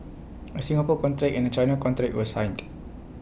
A Singapore contract and A China contract were signed